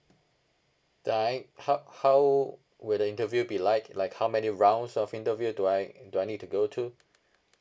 do I how how will the interview be like like how many rounds of interview do I do I need to go to